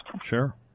Sure